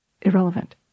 irrelevant